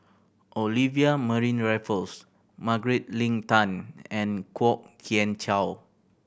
Olivia Raffles Margaret Leng Tan and Kwok Kian Chow